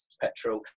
petrol